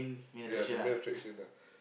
yeah the main attraction ah